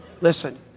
Listen